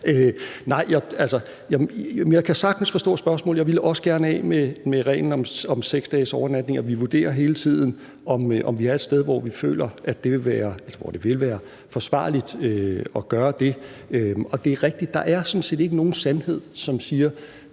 Jeg kan sagtens forstå spørgsmålet, og jeg ville også gerne af med reglen om 6 overnatninger. Vi vurderer hele tiden, om vi er et sted, hvor vi føler, det vil være forsvarligt at gøre det. Det er rigtigt, at der sådan set ikke er nogen sandhed, som siger,